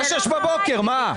מה שש בבוקר, מה?